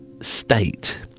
state